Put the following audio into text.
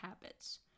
habits